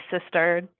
sister